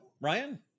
Ryan